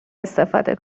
استفاده